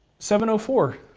seven four,